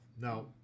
Now